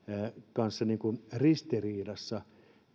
kanssa ristiriidassa